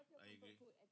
I agree